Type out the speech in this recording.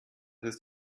ist